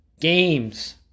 games